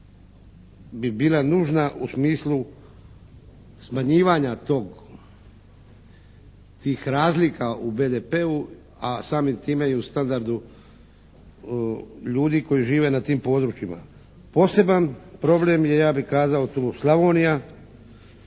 bi bila nužna u smislu smanjivanja tog, tih razlika u BDP-u, a samim time i u standardu ljudi koji žive na tim područjima. Poseban problem je, ja bih kazao tu Slavonija,